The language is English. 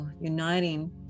uniting